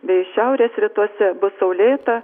bei šiaurės rytuose bus saulėta